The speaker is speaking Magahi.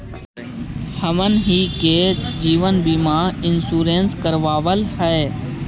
हमनहि के जिवन बिमा इंश्योरेंस करावल है?